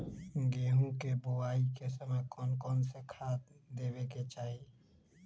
गेंहू के बोआई के समय कौन कौन से खाद देवे के चाही?